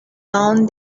own